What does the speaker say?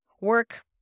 work